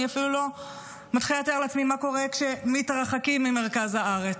אני אפילו לא מתחילה לתאר לעצמי מה קורה כשמתרחקים ממרכז הארץ.